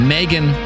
Megan